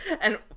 and-